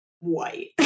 white